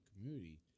community